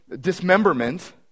dismemberment